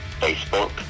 Facebook